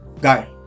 guy